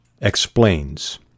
explains